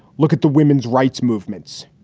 look at the women's rights movements.